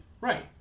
Right